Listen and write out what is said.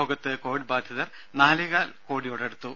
ലോകത്ത് കൊവിഡ് ബാധിതർ നാലേകാൽ കോടിയോടടുത്തു